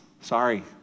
sorry